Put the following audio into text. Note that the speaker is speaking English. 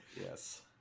Yes